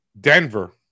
Denver